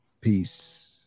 Peace